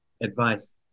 advice